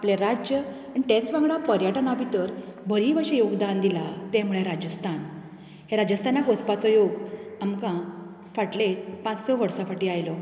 आपले राज्य तेच वांगडा पर्यटकां भितर बरी भरीव अशें योगदान दिलां तें म्हळ्यार राजस्थान राजस्थानाक वचपाचो योग आमकां फाटले पांच स वर्सां फाटी आयलो